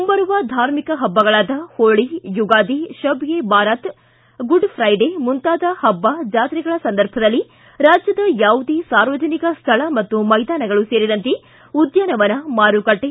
ಮುಂಬರುವ ಧಾರ್ಮಿಕ ಪಬ್ಬಗಳಾದ ಹೋಳಿ ಯುಗಾದಿ ಶಬ್ ಎ ಬಾರಾತ್ ಗುಡ್ ಫ್ರೈಡೆ ಮುಂತಾದ ಪಬ್ಬ ಜಾತ್ರೆಗಳ ಸಂದರ್ಭದಲ್ಲಿ ರಾಜ್ಯದ ಯಾವುದೇ ಸಾರ್ವಜನಿಕ ಸ್ಥಳ ಮತ್ತು ಮೈದಾನಗಳು ಸೇರಿದಂತೆ ಉದ್ಯಾನವನ ಮಾರುಕಟ್ಟೆ